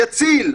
יציל.